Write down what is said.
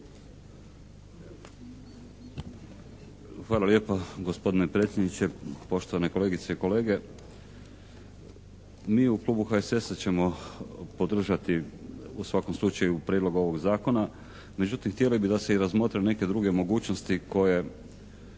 Hvala lijepo gospodine predsjedniče, poštovane kolegice i kolege. Mi u klubu HSS-a ćemo podržati u svakom slučaju prijedlog ovog zakona. Međutim, htjeli bi da se i razmotre neke druge mogućnosti koje